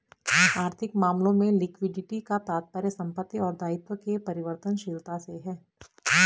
आर्थिक मामलों में लिक्विडिटी का तात्पर्य संपत्ति और दायित्व के परिवर्तनशीलता से है